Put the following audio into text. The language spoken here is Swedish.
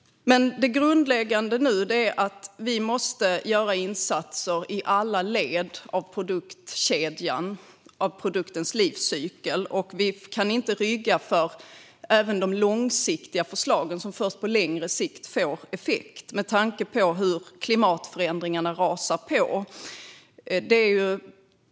Det grundläggande är att vi nu måste göra insatser i alla led av produktkedjan och produktens livscykel. Med tanke på hur klimatförändringarna rasar på kan vi inte rygga för även de långsiktiga förslagen som får effekt först på längre sikt.